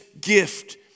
gift